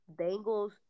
Bengals